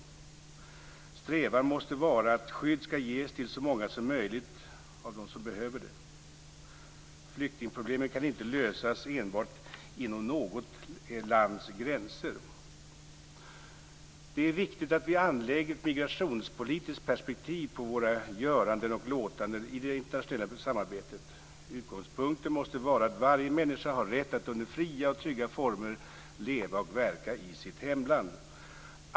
Strävan måste vara att skydd skall ges till så många som möjligt av dem som behöver det. Flyktingproblemen kan inte lösas enbart inom något lands gränser. Det är viktigt att vi anlägger ett migrationspolitiskt perspektiv på våra göranden och låtanden i det internationella samarbetet. Utgångspunkten måste vara att varje människa har rätt att under fria och trygga former leva och verka i sitt hemland.